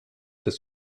des